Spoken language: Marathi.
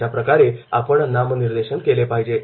अशाप्रकारे आपण नामनिर्देशन केले पाहिजे